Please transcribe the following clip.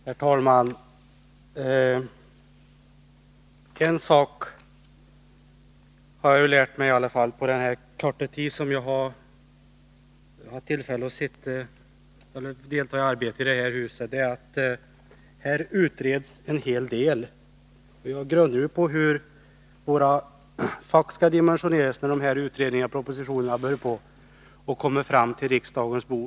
Herr talman! En sak har jag i alla fall lärt mig på den korta tid som jag haft tillfälle att delta i arbetet i det här huset, och det är att det utreds en hel del. Jag har funderat över hur våra postfack skall vara dimensionerade för att rymma alla dessa utredningar, när de börjar komma in till riksdagen.